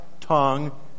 tongue